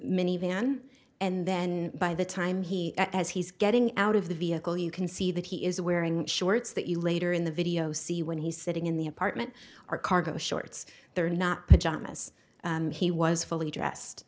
minivan and then by the time he as he's getting out of the vehicle you can see that he is wearing shorts that you later in the video see when he's sitting in the apartment are cargo shorts they're not pajamas he was fully dressed